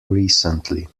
recently